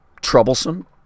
troublesome